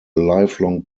lifelong